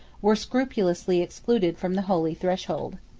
were scrupulously excluded from the holy threshold.